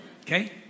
Okay